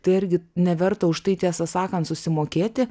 tai argi neverta už tai tiesą sakant susimokėti